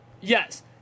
yes